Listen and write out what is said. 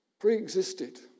Pre-existed